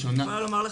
אני יכולה לומר לך,